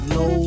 no